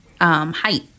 height